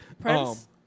Prince